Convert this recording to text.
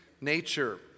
nature